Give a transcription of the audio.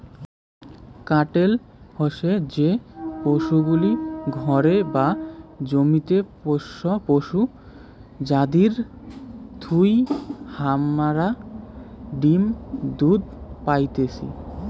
কাটেল হসে যে পশুগুলি ঘরে বা জমিতে পোষ্য পশু যাদির থুই হামারা ডিম দুধ পাইতেছি